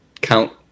count